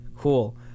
Cool